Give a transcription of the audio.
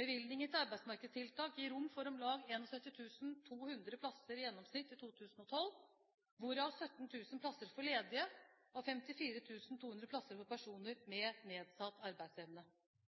Bevilgningen til arbeidsmarkedstiltak gir rom for om lag 71 200 plasser i gjennomsnitt i 2012, hvorav 17 000 plasser for ledige og 54 200 plasser for personer med nedsatt arbeidsevne.